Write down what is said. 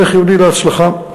זה חיוני להצלחה.